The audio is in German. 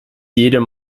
jedem